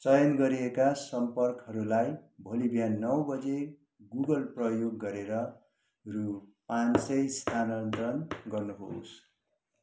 चयन गरिएका सम्पर्कहरूलाई भोलि बिहान नौ बजे गुगल प्रयोग गरेर रु पाँच सय स्थानान्तरण गर्नुहोस्